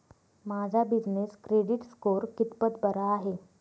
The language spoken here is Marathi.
माझा बिजनेस क्रेडिट स्कोअर कितपत बरा आहे?